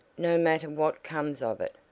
no matter what comes of it,